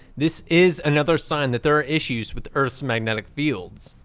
this is another sign that there are issues with earth's magnetic fields.